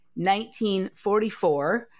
1944